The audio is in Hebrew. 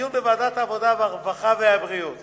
הדיון בוועדת העבודה, הרווחה והבריאות